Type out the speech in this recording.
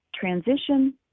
transition